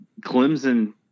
Clemson